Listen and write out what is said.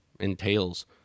entails